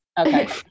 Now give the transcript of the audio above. Okay